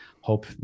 hope